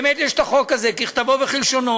באמת יש את החוק הזה, ככתבו וכלשונו,